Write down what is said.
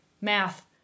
math